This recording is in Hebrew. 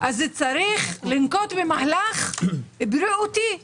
מה עשיתם מאז 2016,